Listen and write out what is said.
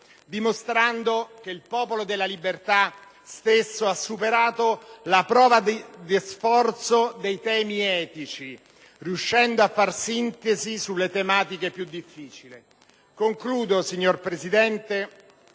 dimostrando che il Popolo della Libertà stesso ha superato la prova da sforzo dei temi etici, riuscendo a fare sintesi sulle tematiche più difficili. Concludo, signor Presidente